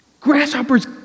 grasshoppers